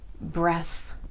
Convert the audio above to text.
breath